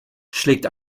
schlägt